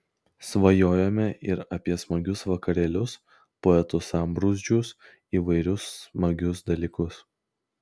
svajojome ir apie smagius vakarėlius poetų sambrūzdžius įvairius smagius dalykus